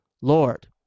Lord